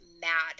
mad